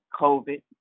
COVID